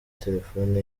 telefone